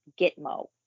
Gitmo